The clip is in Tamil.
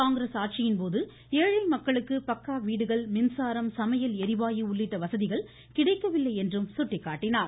காங்கிரஸ் ஆட்சியின்போது ஏழை மக்களுக்கு பக்கா வீடுகள் மின்சாரம் சமையல் ளிவாயு உள்ளிட்ட வசதிகள் கிடைக்கவில்லை என்று சுட்டிக்காட்டினார்